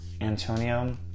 Antonio